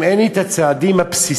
אם אין לי את הצעדים הבסיסיים,